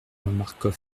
marcof